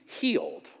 healed